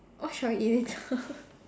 what shall we eat later